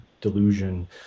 delusion